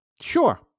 Sure